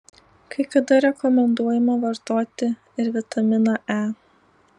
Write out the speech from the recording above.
kai kada rekomenduojama vartoti ir vitaminą e